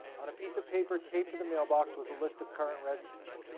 on a piece of paper taped to the mailbox was a list of current residents,